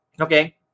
Okay